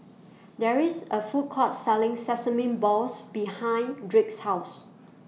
There IS A Food Court Selling Sesame Balls behind Drake's House